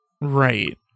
Right